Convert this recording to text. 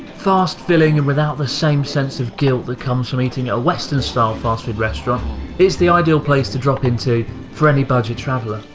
fast filling and without the same sense of guilt that comes from eating at a western style fast-food restaurant is the ideal place to drop into for any budget traveler,